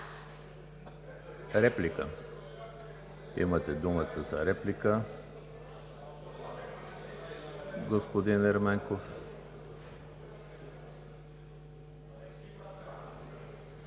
Реплики? Имате думата за реплика, господин Ерменков.